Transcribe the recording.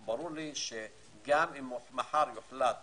גם אם מחר יוחלט